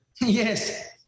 Yes